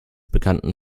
bekannten